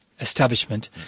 establishment